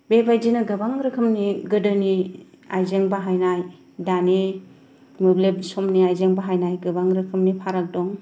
बेबादिनो गोबां रोखोमनि गोदोनि आइजें बाहायनाय दानि मोब्लिब समनि आइजें बाहायनाय गोबां रोखोमनि फाराग दं